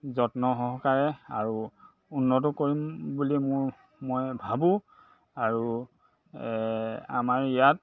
যত্ন সহকাৰে আৰু উন্নত কৰিম বুলি মোৰ মই ভাবোঁ আৰু আমাৰ ইয়াত